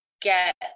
get